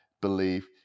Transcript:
believe